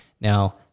Now